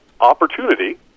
opportunity